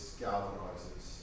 galvanizes